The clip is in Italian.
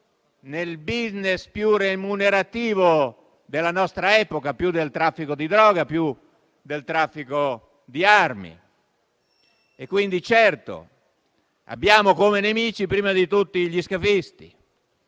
nel *business* più remunerativo della nostra epoca, più del traffico di droga e di quello di armi. Quindi, certo, abbiamo come nemici prima di tutti gli scafisti,